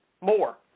More